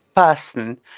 person